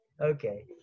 okay